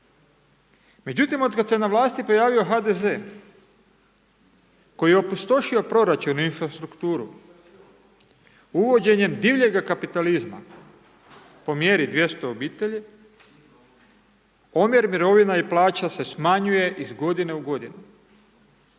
Međutim, od kada se na vlasti pojavio HDZ koji je opustošio proračun i infrastrukturu, uvođenjem divljega kapitalizma, po mjeri 200 obitelji, omjer mirovina i plaća se smanjuje iz godine u godinu.